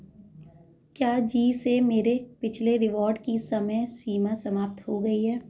क्या जी से मेरे पिछले रिवॉर्ड की समय सीमा समाप्त हो गई है